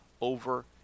over